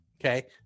Okay